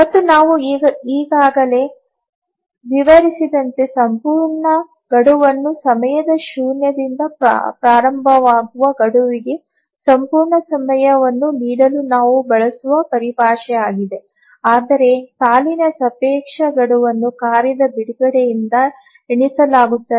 ಮತ್ತು ನಾವು ಈಗಾಗಲೇ ವಿವರಿಸಿದಂತೆ ಸಂಪೂರ್ಣ ಗಡುವನ್ನು ಸಮಯದ ಶೂನ್ಯದಿಂದ ಪ್ರಾರಂಭವಾಗುವ ಗಡುವಿಗೆ ಸಂಪೂರ್ಣ ಸಮಯವನ್ನು ನೀಡಲು ನಾವು ಬಳಸುವ ಪರಿಭಾಷೆಯಾಗಿದೆ ಆದರೆ ಸಾಲಿನ ಸಾಪೇಕ್ಷ ಗಡುವನ್ನು ಕಾರ್ಯದ ಬಿಡುಗಡೆಯಿಂದ ಎಣಿಸಲಾಗುತ್ತದೆ